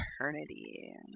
eternity